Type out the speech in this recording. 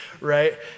right